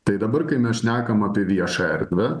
tai dabar kai mes šnekam apie viešąją erdvę